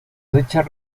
richard